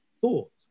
thought